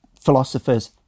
philosophers